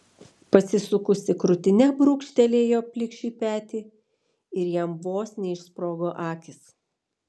pasisukusi krūtine brūkštelėjo plikšiui petį ir jam vos neišsprogo akys